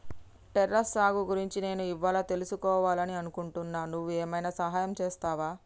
terrace సాగు గురించి నేను ఇవ్వాళా తెలుసుకివాలని అనుకుంటున్నా నువ్వు ఏమైనా సహాయం చేస్తావా